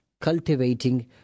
cultivating